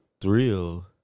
thrill